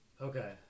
Okay